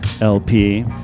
LP